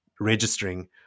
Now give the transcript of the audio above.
registering